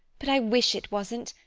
but i wish it wasn't,